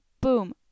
boom